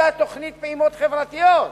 היתה תוכנית פעימות חברתיות,